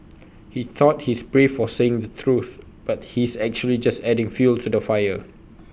he thought he's brave for saying the truth but he's actually just adding fuel to the fire